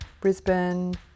Brisbane